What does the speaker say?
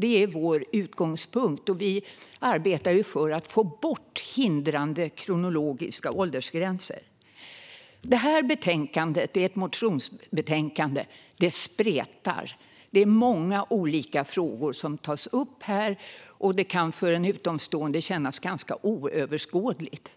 Det är vår utgångspunkt. Vi arbetar för att få bort hindrande kronologiska åldersgränser. Det här betänkandet, som är ett motionsbetänkande, spretar. Många olika frågor tas upp. För en utomstående kan det kännas ganska oöverskådligt.